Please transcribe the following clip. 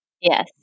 Yes